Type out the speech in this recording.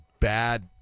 bad